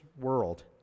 world